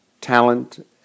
talent